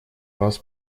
вас